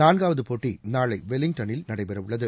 நான்காவது போட்டி நாளை வெலிங்டனில் நடைபெறவுள்ளது